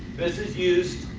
this is used